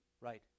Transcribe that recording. Right